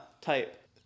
type